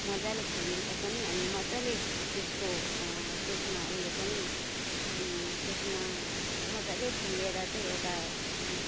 मज्जाले फुल्लिन्छ पनि अनि मज्जाले त्यसको त्यसमा उयो पनि त्यसमा मज्जाले फुल्लिएर चाहिँ एउटा